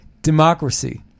democracy